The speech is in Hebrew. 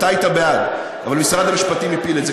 אתה היית בעד, אבל משרד המשפטים הפיל את זה.